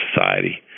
society